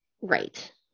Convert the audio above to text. Right